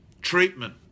treatment